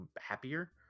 happier